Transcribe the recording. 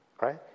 right